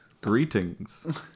Greetings